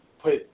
put